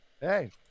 hey